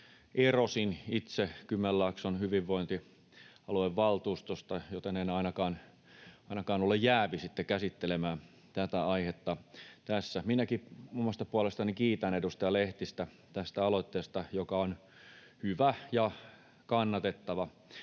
erosin itse Kymenlaakson hyvinvointialueen valtuustosta, joten en ainakaan ole jäävi sitten käsittelemään tätä aihetta tässä. Minäkin omasta puolestani kiitän edustaja Lehtistä tästä aloitteesta, joka on hyvä ja kannatettava.